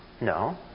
No